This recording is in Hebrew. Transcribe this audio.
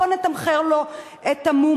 בוא נתמחר לו את המום,